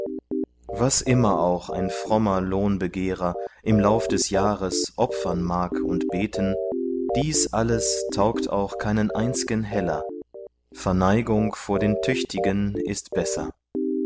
was immer auch ein frommer lohnbegehrer im lauf des jahres opfern mag und beten dies alles taugt auch keinen einz'gen heller verneigung vor den tüchtigen ist besser